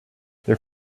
their